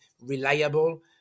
reliable